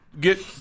get